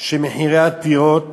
שמחירי הדירות